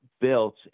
built